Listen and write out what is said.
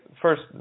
first